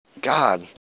God